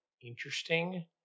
interesting